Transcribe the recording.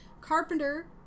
Carpenter